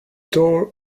door